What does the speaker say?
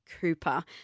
Cooper